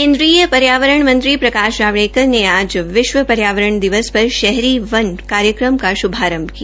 केन्द्रीय पर्यावरण मंत्री प्रकाश जावड़ेकर ने आज विश्व पर्यावरण दिवस पर शहरी वन कार्यक्रम का श्भारंभ किया